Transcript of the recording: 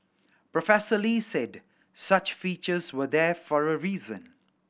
Professor Lee said such features were there for a reason